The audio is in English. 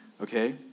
Okay